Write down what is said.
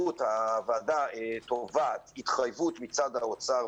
הוועדה תובעת התחייבות מצד האוצר,